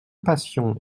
passion